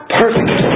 perfect